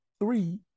three